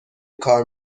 کار